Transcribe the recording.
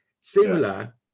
similar